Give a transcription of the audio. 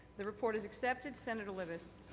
the report is accepted. senator libous.